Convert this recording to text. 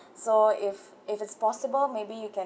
so if if it's possible maybe you can